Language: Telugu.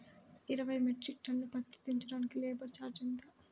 ఇరవై మెట్రిక్ టన్ను పత్తి దించటానికి లేబర్ ఛార్జీ ఎంత?